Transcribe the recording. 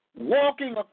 walking